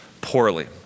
poorly